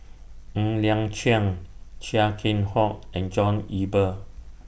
Ng Liang Chiang Chia Keng Hock and John Eber